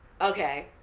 Okay